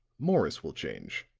morris will change.